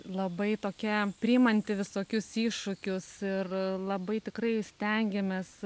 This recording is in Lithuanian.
labai tokia priimanti visokius iššūkius ir labai tikrai stengiamės